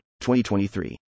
2023